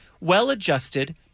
well-adjusted